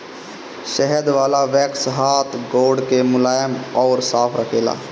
शहद वाला वैक्स हाथ गोड़ के मुलायम अउरी साफ़ रखेला